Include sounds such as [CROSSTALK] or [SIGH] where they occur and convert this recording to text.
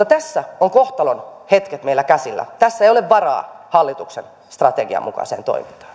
[UNINTELLIGIBLE] tässä ovat kohtalonhetket meillä käsillä tässä ei ole varaa hallituksen strategian mukaiseen toimintaan [UNINTELLIGIBLE]